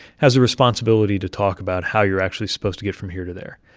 has a responsibility to talk about how you're actually supposed to get from here to there.